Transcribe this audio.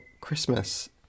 Christmas